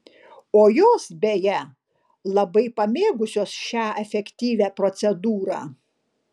o jos beje labai pamėgusios šią efektyvią procedūrą